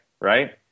right